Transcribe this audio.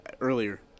earlier